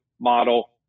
model